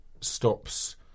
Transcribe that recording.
stops